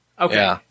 Okay